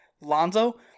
Lonzo